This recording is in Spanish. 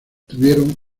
tuvieron